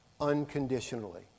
unconditionally